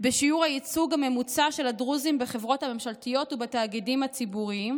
בשיעור הייצוג הממוצע של הדרוזים בחברות הממשלתיות ובתאגידים הציבוריים,